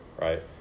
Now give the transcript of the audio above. right